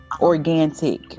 organic